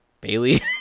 bailey